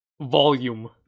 Volume